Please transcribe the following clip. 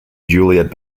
juliet